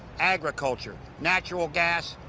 agriculture, natural gas,